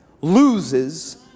loses